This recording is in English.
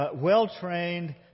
well-trained